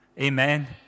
Amen